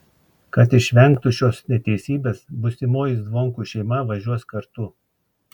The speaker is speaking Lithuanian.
kad išvengtų šios neteisybės būsimoji zvonkų šeima važiuos kartu